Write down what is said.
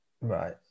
Right